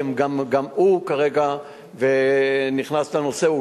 שגם הוא כרגע נכנס לנושא.